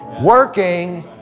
working